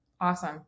Awesome